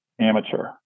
amateur